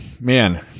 Man